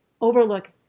overlook